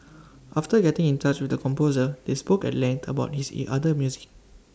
after getting in touch with the composer they spoke at length about his E other music